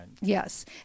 Yes